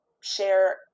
share